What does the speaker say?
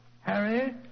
Harry